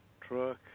truck